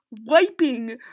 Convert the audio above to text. wiping